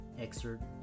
excerpt